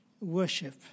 worship